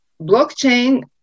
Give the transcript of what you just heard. blockchain